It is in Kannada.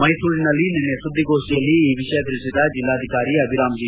ಮೈಸೂರಿನಲ್ಲಿ ನಿನ್ನೆ ಸುದ್ದಿಗೋಷ್ನಿಯಲ್ಲಿ ಈ ವಿಷಯ ತಿಳಿಸಿದ ಜಿಲ್ಲಾಧಿಕಾರಿ ಅಭಿರಾಮ್ ಜಿ